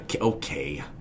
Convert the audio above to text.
Okay